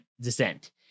descent